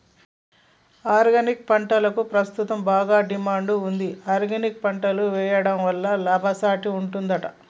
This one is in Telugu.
ఆర్గానిక్ పంటలకు ప్రస్తుతం బాగా డిమాండ్ ఉంది ఆర్గానిక్ పంటలు వేయడం వల్ల లాభసాటి ఉంటుందా?